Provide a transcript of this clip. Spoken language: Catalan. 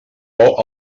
por